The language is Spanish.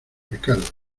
ricardo